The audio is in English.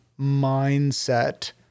mindset